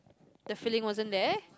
the feeling wasn't there